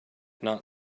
not